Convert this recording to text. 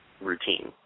routine